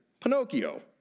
Pinocchio